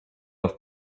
off